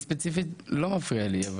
אני ספציפית לא מפריע לי.